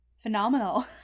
phenomenal